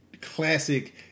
classic